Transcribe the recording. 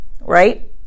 Right